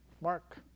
Mark